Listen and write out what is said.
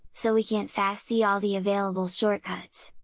so we can't fast see all the available shortcuts!